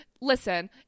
listen